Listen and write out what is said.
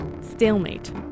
Stalemate